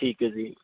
ਠੀਕ ਹੈ ਜੀ